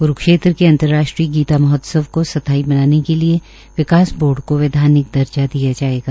क्रूक्षेत्र के अंतर्राष्ट्रीय गीता महोत्सव को स्थाई बनाने के लिए विकास बोर्ड को वैधानिक दर्जा दिया जायेगा